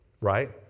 right